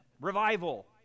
revival